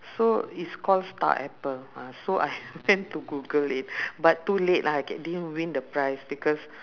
so it's called star apple ah so I went to google it but too late lah I ge~ I didn't win the prize because